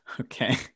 okay